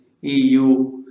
EU